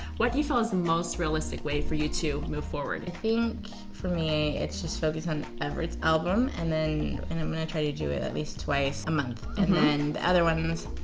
what do you feel is the most realistic way for you to move forward? i think, for me, it's just focus on everett's album, and then and i'm going to try to do it at least twice a month, and then the other ones,